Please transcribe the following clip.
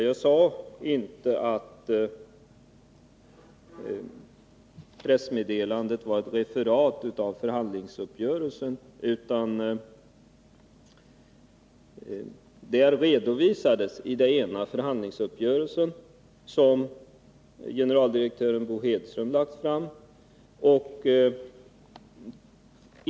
Jag sade inte att pressmeddelandet var ett referat av förhandlingsuppgörelsen, utan jag sade att i det ena redovisades förhandlingsuppgörelsen, som generaldirektören Bo Hedström lagt fram.